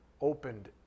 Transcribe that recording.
opened